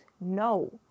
No